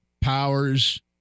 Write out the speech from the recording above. Powers